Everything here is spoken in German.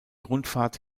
rundfahrt